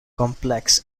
complex